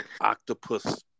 octopus